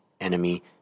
enemy